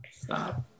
Stop